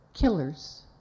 Killers